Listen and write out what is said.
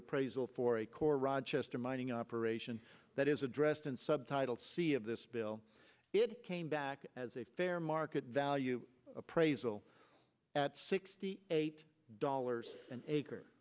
appraisal for a core rochester mining operation that is addressed in subtitle c of this bill it came back as a fair market value appraisal at sixty eight dollars an acre